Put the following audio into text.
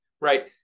right